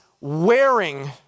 wearing